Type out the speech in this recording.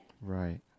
Right